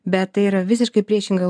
bet tai yra visiškai priešinga